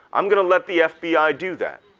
i'm gonna let the fbi do that?